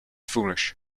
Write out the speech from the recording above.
foolish